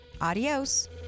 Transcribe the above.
Adios